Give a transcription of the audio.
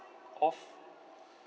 off